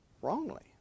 Wrongly